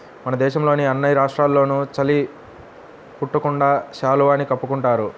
మన దేశంలోని అన్ని రాష్ట్రాల్లోనూ చలి పుట్టకుండా శాలువాని కప్పుకుంటున్నారు